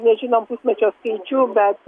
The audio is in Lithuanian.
nežinom pusmečio skaičių bet